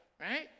right